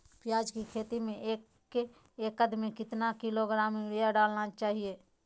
प्याज की खेती में एक एकद में कितना किलोग्राम यूरिया डालना है?